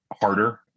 harder